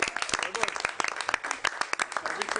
תודה רבה.